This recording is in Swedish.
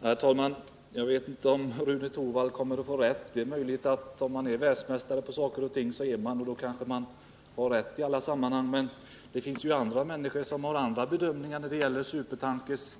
Herr talman! Jag vet inte om Rune Torwald kommer att få rätt, men det är möjligt — om man är världsmästare på saker och ting så är man, och då kanske man får rätt i alla sammanhang. Men det finns ju andra människor som har andra bedömningar när det gäller supertankers.